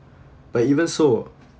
but even so